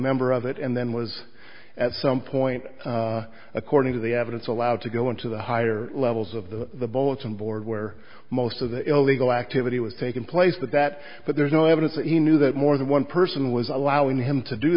member of it and then was at some point according to the evidence allowed to go into the higher levels of the bulletin board where most of the illegal activity was taking place that that but there is no evidence that he knew that more than one person was allowing him to do